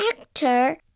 actor